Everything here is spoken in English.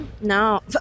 No